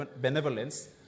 benevolence